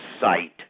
site